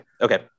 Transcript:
Okay